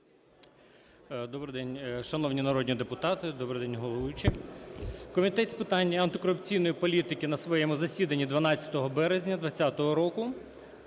Добрий день, шановні народні депутати, добрий день головуючий! Комітет з питань антикорупційної політики на своєму засіданні 12 березня 20-го року